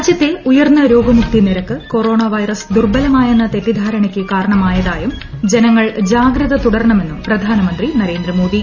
രാജ്യത്തെ ഉയർന്ന രോഗമുക്തി നിരക്ക് കൊറോണവൈറസ് ദുർബലമായെന്ന തെറ്റിദ്ധാരണയ്ക്ക് കാരണമായതായും ജനങ്ങൾ ജാഗ്രത തുടരണമെന്നും പ്രധാനമന്ത്രി നരേന്ദ്ര മോദി